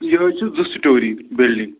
یہِ حظ چھِ زٕ سِٹوری بِلڈِنٛگ